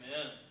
Amen